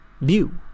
view